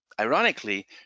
Ironically